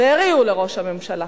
והריעו לראש הממשלה,